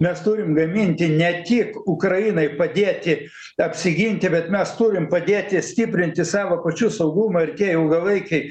mes turim gaminti ne tik ukrainai padėti apsiginti bet mes turim padėti stiprinti savo pačių saugumą ir tie ilgalaikiai